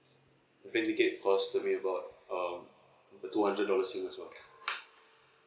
the plane ticket costed me about um uh two hundred dollars singapore as well